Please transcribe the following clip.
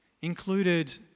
included